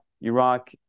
Iraq